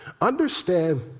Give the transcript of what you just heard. Understand